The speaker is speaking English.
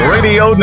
Radio